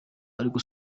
aliko